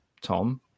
Tom